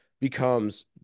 becomes